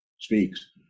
Speaks